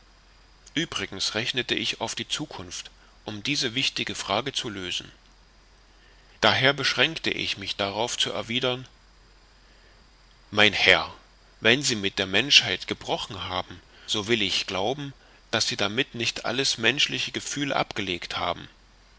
uebrigens rechnete ich auf die zukunft um diese wichtige frage zu lösen daher beschränkte ich mich darauf zu erwidern mein herr wenn sie mit der menschheit gebrochen haben so will ich glauben daß sie damit nicht alles menschliche gefühl abgelegt haben